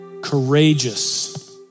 courageous